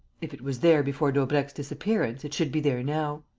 if it was there before daubrecq's disappearance, it should be there now.